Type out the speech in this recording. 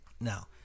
Now